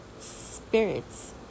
spirits